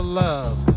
love